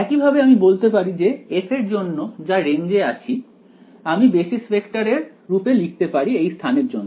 একইভাবে আমি বলতে পারি যে f এর জন্য যা রেঞ্জে আছে আমি বেসিস ভেক্টরের রূপে লিখতে পারি এই স্থানের জন্য